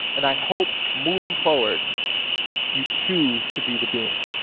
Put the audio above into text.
and i hope moving forward you choose to be the bean.